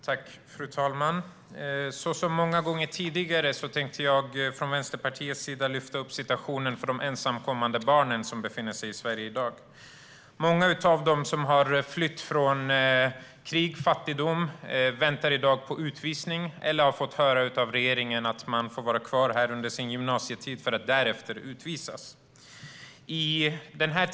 Fru talman! Som många gånger tidigare tänkte jag från Vänsterpartiets sida lyfta upp situationen för de ensamkommande barn som befinner sig i Sverige i dag. Många av dem som har flytt från krig och fattigdom väntar i dag på utvisning eller har av regeringen fått höra att de får vara kvar här under gymnasietiden för att därefter utvisas.